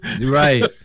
Right